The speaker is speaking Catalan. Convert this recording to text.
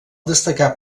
destacar